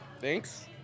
Thanks